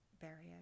barrier